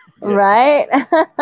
Right